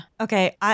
Okay